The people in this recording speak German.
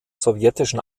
sowjetischen